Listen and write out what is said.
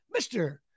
mr